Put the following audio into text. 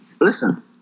listen